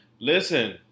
Listen